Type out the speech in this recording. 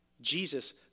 Jesus